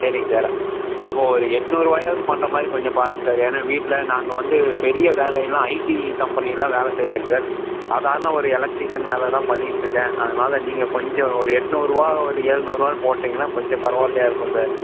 சரிங்க சார் அப்போ ஒரு எட்நூறுவாயாது பண்ணுறமாரி கொஞ்சம் பாருங்கள் சார் ஏன்னா வீட்டில் நாங்கள் வந்து பெரிய வேலை எல்லாம் ஐடி கம்பெனி எல்லாம் வேலை செய்லைங்க சார் சாதாரண ஒரு எலக்ட்ரிசன் வேலை தான் பண்ணிகிட்டு இருக்கேன் அதனால் நீங்கள் கொஞ்சம் ஒரு எட்நூறுரூவா ஒரு எழுநூறுரூவான்னு போட்டிங்கன்னா கொஞ்சம் பரவாயில்லையா இருக்கும் சார்